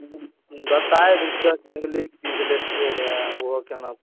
बताय दै छीऔ झिंगुलीके बीज लैथिए रऽ ओहो केना